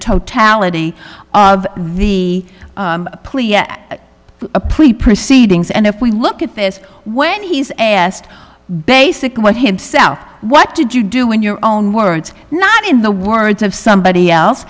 totality of the plea yet a plea proceedings and if we look at this when he's asked basically what himself what did you do in your own words not in the words of somebody else